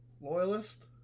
Loyalist